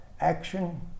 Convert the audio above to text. action